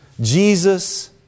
Jesus